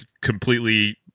completely